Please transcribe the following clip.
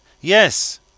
Yes